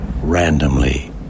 randomly